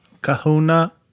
Kahuna